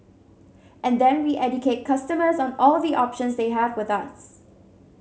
and then we educate customers on all the options they have with us